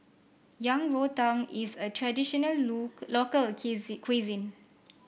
Yang Rou Tang is a traditional local cuisine